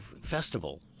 festival